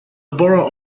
borough